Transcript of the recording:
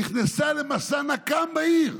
נכנסה למסע נקם בעיר,